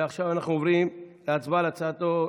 ועכשיו אנחנו עוברים להצבעה על הצעתו,